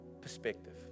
perspective